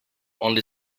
only